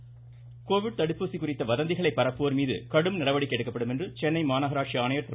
Prakash Covid தடுப்பூசி குறித்த வதந்திகளை பரப்புவோர் மீது கடும் நடவடிக்கை எடுக்கப்படும் என சென்னை மாநகராட்சி ஆணையர் திரு